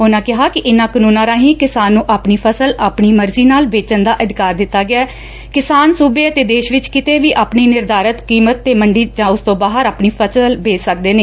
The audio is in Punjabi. ਉਨਾਂ ਕਿਹਾ ਕਿ ਇਨਾਂ ਕਾਨੂੰਨਾਂ ਰਾਹੀ ਕਿਸਾਨ ਨੂੰ ਆਪਣੀ ਫਸਲ ਆਪਣੀ ਮਰਜ਼ੀ ਨਾਲ ਵੇਚਣ ਦਾ ਅਧਿਕਾਰ ਦਿੱਤਾ ਗਿਐ ਕਿਸਾਨ ਸੁਬੇ ਅਤੇ ਦੇਸ਼ ਵਿੱਚ ਕਿਤੇ ਵੀ ਆਪਣੀ ਨਿਰਧਾਰਤ ਕੀਮਤ ਤੇ ਮੰਡੀ ਜਾਂ ਉਸ ਤੋ ਬਾਹਰ ਆਪਣੀ ਫਸਲ ਵੇਚ ਸਕਦੇ ਨੇ